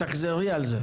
תחזרי על זה.